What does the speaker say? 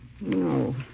No